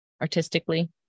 artistically